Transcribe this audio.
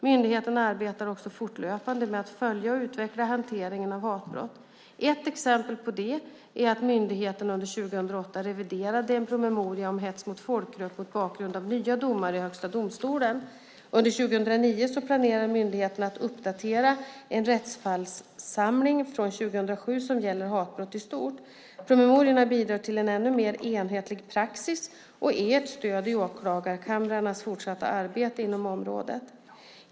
Myndigheten arbetar också fortlöpande med att följa och utveckla hanteringen av hatbrott. Exempel på detta är att myndigheten under 2008 reviderade en promemoria om hets mot folkgrupp mot bakgrund av nya domar i Högsta domstolen. Under 2009 planerar myndigheten att uppdatera en rättfallssamling från 2007 som gäller hatbrott i stort. Promemoriorna bidrar till en ännu mer enhetlig praxis och är ett stöd i åklagarkamrarnas fortsatta arbete inom området.